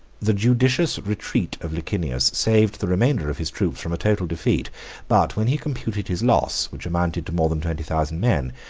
the judicious retreat of licinius saved the remainder of his troops from a total defeat but when he computed his loss, which amounted to more than twenty thousand men,